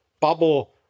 bubble